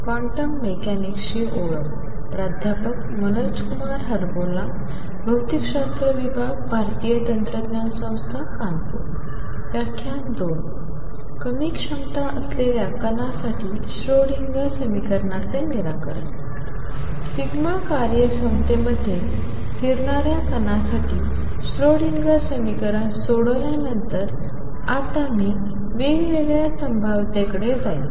कमी क्षमता असलेल्या कणासाठी श्रोडिंगर समीकरणाचे निराकरण δ कार्यक्षमतेमध्ये फिरणाऱ्या कणा साठी श्रोडिंगर समीकरण सोडवल्यानंतरआता मी वेगवेगळ्या संभाव्यतेकडे जाईन